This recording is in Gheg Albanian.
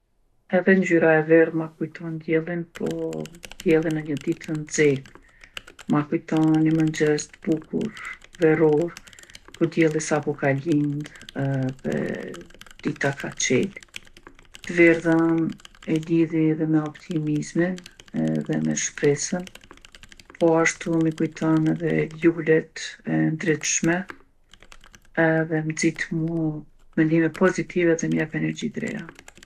Edhe ngjyra e verdhë ma kujton diellin, po diellin në një ditë të nxehtë. Ma kujton ni mëngjez t'bukur veror, ku dielli sapo ka lindë edhe dita ka qelë. T'verdhën e lidhi edhe me optimizmin edhe me shpresën. Poashtu m'i kujton edhe lulet e ndritshme edhe m'nxitë mu mendime positive edhe m'jep energji t'reja.